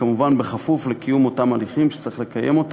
כמובן בכפוף לקיום אותם הליכים שצריך לקיימם.